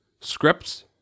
scripts